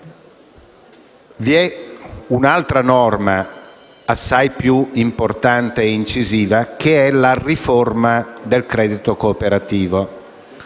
Vi è un'altra norma assai più importante e incisiva, che è la riforma del credito cooperativo.